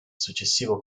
successivo